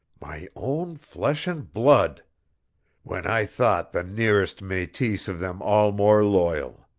my own flesh and blood when i thought the nearest metis of them all more loyal!